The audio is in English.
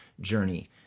journey